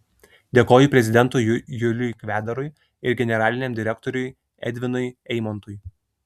dėkoju prezidentui juliui kvedarui ir generaliniam direktoriui edvinui eimontui